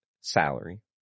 salary